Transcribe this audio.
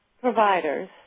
providers